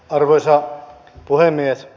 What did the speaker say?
arvoisa puhemies